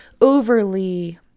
overly